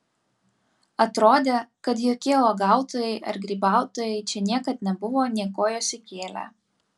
atrodė kad jokie uogautojai ar grybautojai čia niekad nebuvo nė kojos įkėlę